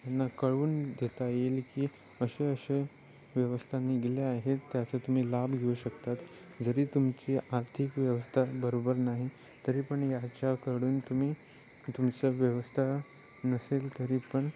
त्यांना कळवून देता येईल की असे असे व्यवस्था निघाले आहेत त्याचं तुम्ही लाभ घेऊ शकतात जरी तुमची आर्थिक व्यवस्था बरोबर नाही तरी पण याच्याकडून तुम्ही तुमचा व्यवस्था नसेल तरी पण